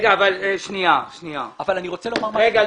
אני רוצה לומר משהו אחר.